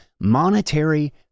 monetary